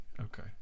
okay